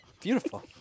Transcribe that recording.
Beautiful